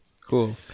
cool